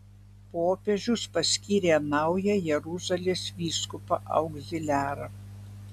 popiežius paskyrė naują jeruzalės vyskupą augziliarą